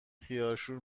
خیارشور